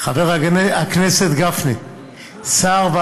חבר הכנסת גפני, חבר הכנסת גפני, שר,